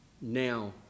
now